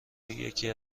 یکی